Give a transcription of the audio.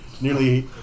Nearly